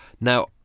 now